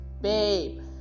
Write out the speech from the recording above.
babe